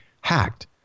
hacked